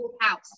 house